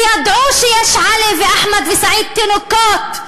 וידעו שיש עלי ואחמד וסעיד, תינוקות,